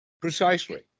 Precisely